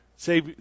Say